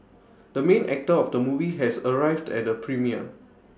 the main actor of the movie has arrived at the premiere